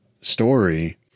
story